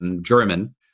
German